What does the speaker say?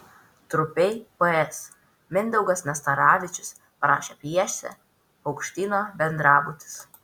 trupei ps mindaugas nastaravičius parašė pjesę paukštyno bendrabutis